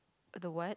the what